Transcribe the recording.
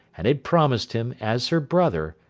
and had promised him, as her brother,